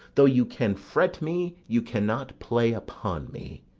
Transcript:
though you can fret me, you cannot play upon me.